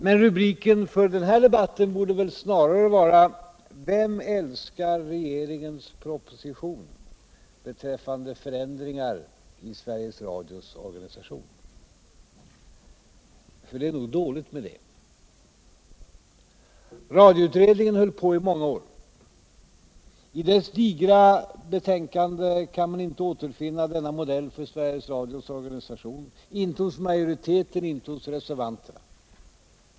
Men rubriken för den här debatten borde väl snarare vara Vem älskar regeringens proposition beträffande förändringar i Sveriges Radios organisation? Det är nog dåligt med det. Radioutredningen höll på i många år. I dess digra betänkande kan man inte återfinna denna modell för Sveriges Radios organisation — inte hos majoriteten, inte hos reservanterna.